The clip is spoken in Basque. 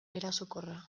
erasokorra